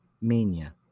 mania